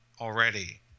already